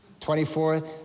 24